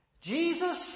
Jesus